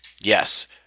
Yes